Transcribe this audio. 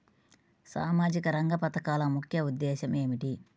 సామాజిక రంగ పథకాల ముఖ్య ఉద్దేశం ఏమిటీ?